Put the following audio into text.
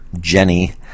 Jenny